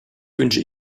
wünsche